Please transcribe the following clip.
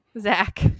Zach